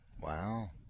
Wow